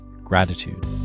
gratitude